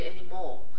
anymore